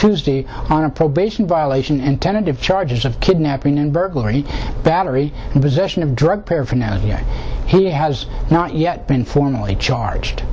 tuesday on a probation violation and tentative char it is of kidnapping and burglary battery and possession of drug paraphernalia he has not yet been formally charged